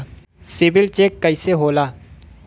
CIBIL check कइसे होला?